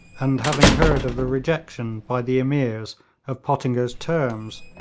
and having heard of the rejection by the ameers of pottinger's terms,